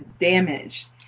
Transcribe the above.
damaged